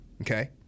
okay